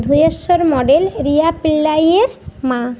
ধুরেশ্বর model Riya পিল্লাইয়ের মা